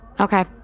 okay